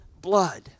blood